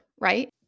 right